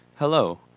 Hello